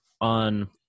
on